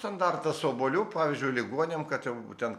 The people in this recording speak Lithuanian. standartas obuolių pavyzdžiui ligoniam kad jau ten